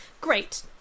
great